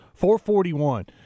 441